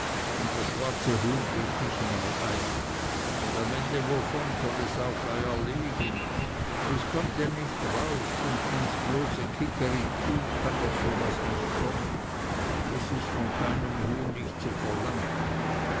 un das schwarze huhn legt nich mal eier un am ende wovon soll es auch eier legen es kommt ja nich raus und vons bloße kikeriki kann doch so was nich kommen das is von keinem huhn nich zu verlangen